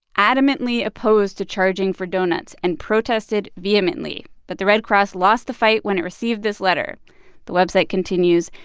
adamantly opposed to charging for doughnuts and protested vehemently, but the red cross lost the fight when it received this letter the website continues,